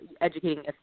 educating